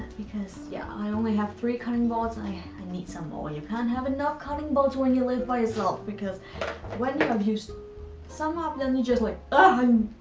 because, yeah i only have three cutting boards, i ah and need some more. you can't have enough cutting boards when you live by yourself, because when you have used some up then you just like, um